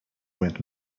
went